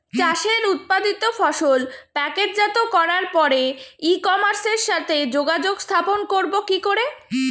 চাষের উৎপাদিত ফসল প্যাকেটজাত করার পরে ই কমার্সের সাথে যোগাযোগ স্থাপন করব কি করে?